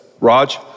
Raj